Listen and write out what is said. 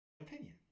opinion